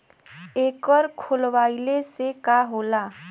एकर खोलवाइले से का होला?